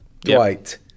Dwight